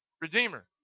Redeemer